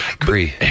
Agree